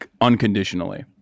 unconditionally